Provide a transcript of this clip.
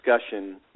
discussion